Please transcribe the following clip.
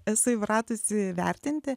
esu įpratusi vertinti